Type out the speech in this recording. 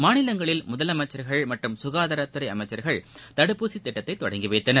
மாநிலங்களில் முதலமைச்சர்கள் மற்றும் சுகாதாரத்துறை அமைச்சர்கள் தடுப்பூசி திட்டத்தை தொடங்கி வைத்தனர்